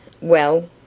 Well